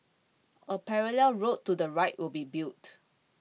a parallel road to the right will be built